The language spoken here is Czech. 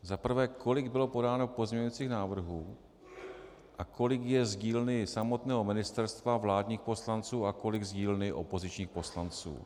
Za prvé, kolik bylo podáno pozměňovacích návrhů a kolik je z dílny samotného ministerstva, vládních poslanců a kolik z dílny opozičních poslanců.